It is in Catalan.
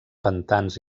pantans